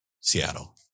Seattle